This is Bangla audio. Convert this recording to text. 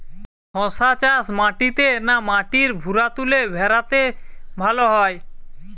শশা চাষ মাটিতে না মাটির ভুরাতুলে ভেরাতে ভালো হয়?